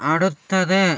അടുത്തത്